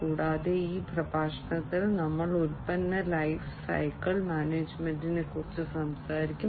കൂടാതെ ഈ പ്രഭാഷണത്തിൽ ഞങ്ങൾ ഉൽപ്പന്ന ലൈഫ് സൈക്കിൾ മാനേജ്മെന്റിനെക്കുറിച്ച് സംസാരിക്കും